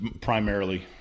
primarily